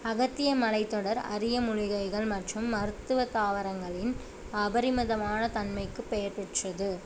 அகத்திய மலைத்தொடர் அரிய மூலிகைகள் மற்றும் மருத்துவ தாவரங்களின் அபரிமதமான தன்மைக்கு பெயர் பெற்றது